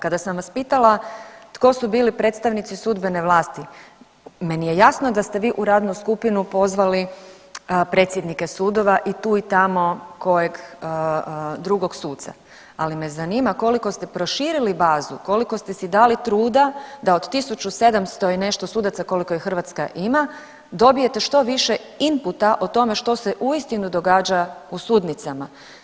Kada sam vas pitala tko su bili predstavnici sudbene vlasti, meni je jasno da ste vi u radnu skupinu pozvali predsjednike sudova i tu i tamo kojeg drugog suca, ali me zanima koliko ste proširili bazu, koliko ste si dali truda da od 1700 i nešto sudaca koliko ih Hrvatska ima dobijete što više imputa o tome što se uistinu događa u sudnicama.